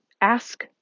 ask